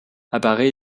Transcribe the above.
apparaît